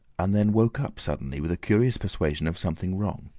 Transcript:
and then woke up suddenly with a curious persuasion of something wrong.